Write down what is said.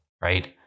right